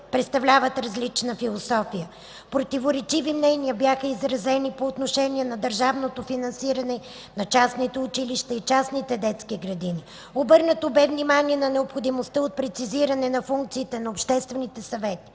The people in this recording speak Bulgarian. представят различна философия. Противоречиви мнения бяха изразени по отношение на държавното финансиране на частните училища и частните детски градини. Обърнато бе внимание на необходимостта от прецизиране на функциите на обществените съвети,